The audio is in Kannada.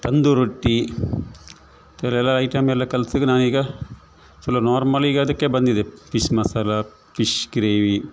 ತಂದೂರಿ ರೊಟ್ಟಿ ಇವೆಲ್ಲ ಐಟಮೆಲ್ಲ ನಾ ಈಗ ಫುಲ್ಲು ನಾರ್ಮಲಿಗೆ ಅದಕ್ಕೆ ಬಂದಿದೆ ಫಿಶ್ ಮಸಾಲ ಫಿಶ್ ಗ್ರೇವಿ